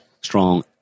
strong